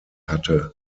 hatte